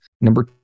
Number